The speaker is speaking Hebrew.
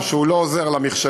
או שהוא לא עוזר לנכשלים,